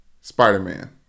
Spider-Man